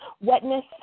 wetness